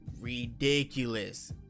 ridiculous